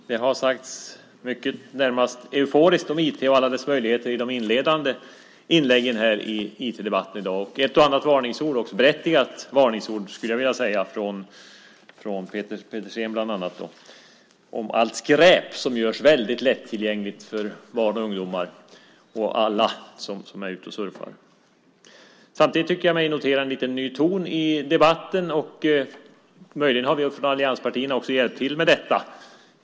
Fru talman! Det har sagts mycket närmast euforiskt om IT och alla dess möjligheter i de inledande inläggen i IT-debatten i dag. Det har också sagts ett och annat berättigat varningsord från bland annat Peter Pedersen om allt skräp som görs väldigt lättillgängligt för barn och ungdomar och alla som är ute och surfar. Samtidigt tycker jag mig notera en lite ny ton i debatten. Möjligen har vi från allianspartierna också hjälpt till med detta.